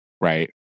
right